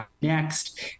next